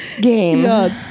Game